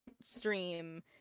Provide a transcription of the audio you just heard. stream